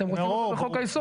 אתם רוצים את זה בחוק היסוד.